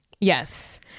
yes